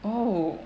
oh